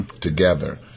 together